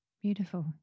Beautiful